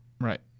Right